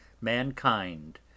mankind